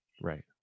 Right